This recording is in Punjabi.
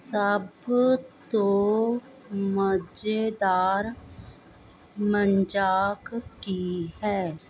ਸਭ ਤੋਂ ਮਜ਼ੇਦਾਰ ਮਜ਼ਾਕ ਕੀ ਹੈ